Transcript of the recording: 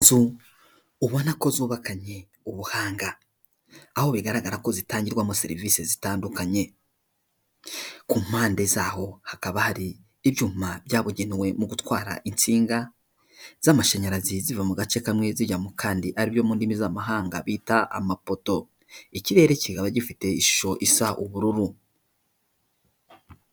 Iznu ubona ko zubabakanye ubuhanga, aho bigaragara ko zitangirwamo serivisi zitandukanye, ku mpande zaho hakaba hari ibyuma byabugenewe mu gutwara insinga z'amashanyarazi ziva mu gace kamwe zijya mu kandi aribyo mu ndimi z'amahanga bita amapoto, ikirere kikaba gifite ishusho isa ubururu.